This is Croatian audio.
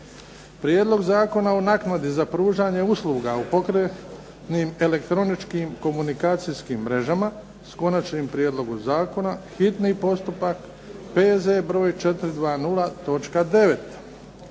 Prijedlog zakona o naknadi za pružanje usluga u pokretnim elektroničkim komunikacijskim mrežama, s Konačnim prijedlogom zakona, hitni postupak, prvo i